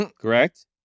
Correct